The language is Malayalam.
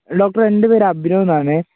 ഡോക്ടര് എന്റെ പേര് അഭിനവ് എന്നാണ്